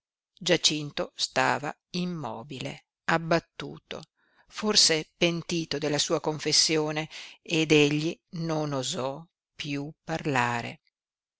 giacinto stava immobile abbattuto forse pentito della sua confessione ed egli non osò piú parlare